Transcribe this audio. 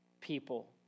people